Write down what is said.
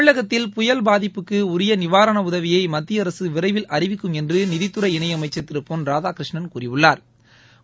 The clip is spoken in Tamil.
தமிழகத்தில் புயல் பாதிப்புக்கு உரிய நிவாரண உதவியை மத்திய அரசு விரைவில் அறிவிக்கும் என்று நிதித்துறை இணை அமைச்சா் திரு பொன் ராதாகிருஷ்ணன் கூறியுள்ளாா்